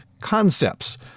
concepts